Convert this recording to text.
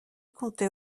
comptait